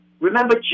Remember